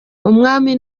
umwami